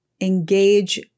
engage